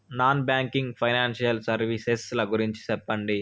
Non banking financial services ల గురించి సెప్పండి?